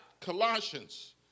Colossians